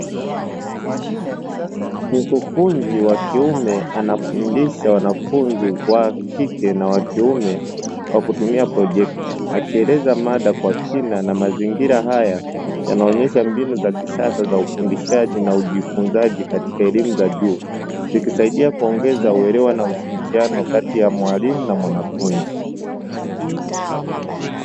Mkufunzi wa kiume anafundisha wanafunzi wakike na wakiume kwa kutumia projekta, akieleza mada kwa kina na mazingira haya yanaonyesha mbinu za kisasa za ufundishaji na ujifunzaji katika elimu za juu, vikisaidia vikiongeza uelewa na ushirikiano kati ya mwalimu na mwanafunzi.